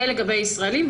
זה לגבי ישראלים,